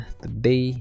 today